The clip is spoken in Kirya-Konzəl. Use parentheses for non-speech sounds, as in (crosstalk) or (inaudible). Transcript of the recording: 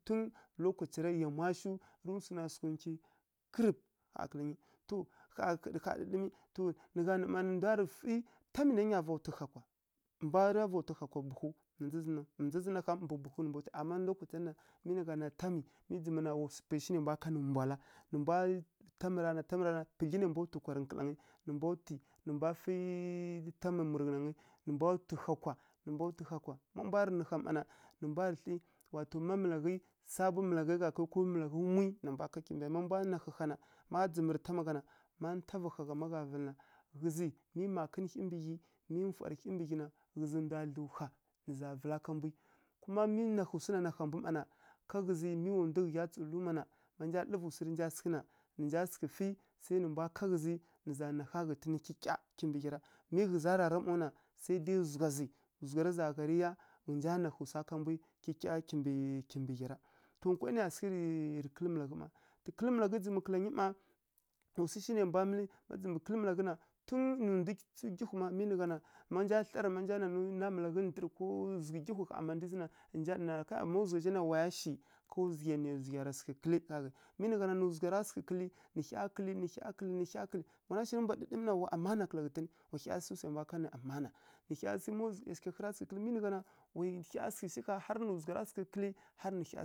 Tun lokacia ra yamwa shiw, rǝ swuna sǝghǝ nkwi kǝrǝpǝ ƙha kǝla ghǝnyi to ƙha ɗǝɗǝmǝ to nǝ gha rǝ nǝ mma nǝ ndwa mma sǝ tamǝ nai nya va tu gha kwa mbwara va tu ha kwa buhuwu na ndza zǝn naw, na ndza zǝn kam mbǝ buhu nǝ mbwa twi, ama ma lokacira na ra na tam wa pwai shi nai mbwa kanǝ mbwala, nǝ mbwa tam ra, tam ra na pudlyi nai mbwa twi kwarǝ kǝlangǝ nǝ mbwa twi nǝ fǝ tamǝ murǝ ghǝnangǝ nǝ mbwa twi ha kwa nǝ mbwa twi ha kwa ma mbwa twi ha mma mbwarǝ nǝ ha mma na nǝ mbwarǝ thlǝ wa to sabo malaghǝi gha kǝ́lǝ́ ko malaghǝ muyi nǝ mbwa ká, má mbwa nahǝ ha na má dzǝmǝrǝ tam gha na ma tavǝ ha gha má gharǝ vǝlǝ na ghǝzǝ, mi makǝn hyi, mi nfwarǝ hi na ghǝzǝ ndwa dlǝw ha nǝza vǝla ká mbwi kuma mi nhǝi swi na nha mbu mma na ká ghǝzǝ mi wa ndughǝi ghya tsǝrǝ luma mma na ma nja lǝrǝvǝ swi rǝ nja sǝghǝ na, nǝ nja sǝghǝ fǝ sai nǝ mbwa ká ghǝzǝ nǝ za naha ghǝtǝn kyikya kimbǝ hyara mi ghǝza rara maw na sai dai zugha zǝ zugha rǝ za gharǝ yá ghǝnja nahǝi swa ká mbwi kyikya kimbǝ kimbǝ ghya ra. To nkwai nǝya sǝghǝ rǝ rǝ kǝ́lǝ́ malaghǝi ma rǝ kǝ́lǝ́ malaghǝi dzǝmi kǝla ghǝnyi mma wa swu shi nai mbwa mǝlǝ. tun nǝ tsǝw nggyhwi ma manja thlarǝ ma nja nanǝ namalaghǝi ndǝrǝ ko zughǝ nggyihwi ko mandǝzǝ na nǝ nja ɗana ma zugha zha na waya shi kaw zughǝ nǝ zughǝi ya sǝghǝ kǝli gha ƙhǝi mi nǝ gha na nǝ zugha ra sǝghǝ kǝlǝ, nǝ hya kǝlǝ, nǝ hya kǝlǝ, nǝ hya kǝlǝ, nǝ hya kǝlǝ. Wana shirǝ mbwa ɗǝɗǝmǝ na wa amana kǝla ghǝtǝn, wa hya shirǝ swai mbwa kanǝ amana, nǝ ˈyashigha hǝra sǝghǝ kǝlǝ mi nǝ gha na hya sǝghǝ thlǝ ƙha harǝ nǝ zugha ra. (unintelligible)